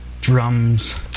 drums